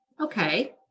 okay